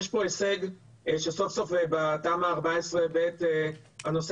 יש פה הישג שסוף סוף בתמ"א/14/ב הנושא